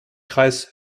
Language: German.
kreis